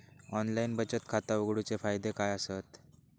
Online बचत खाता उघडूचे फायदे काय आसत?